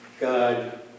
God